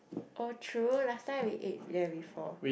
oh true last time we ate there before